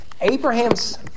Abraham's